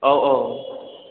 औ औ